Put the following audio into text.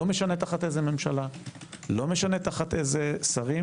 לא משנה תחת איזה ממשלה או תחת איזה שרים,